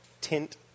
tint